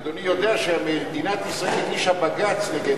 אדוני יודע שמדינת ישראל הגישה בג"ץ נגד